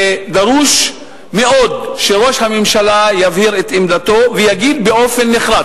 ודרוש מאוד שראש הממשלה יבהיר את עמדתו ויגיד באופן נחרץ,